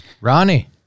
Ronnie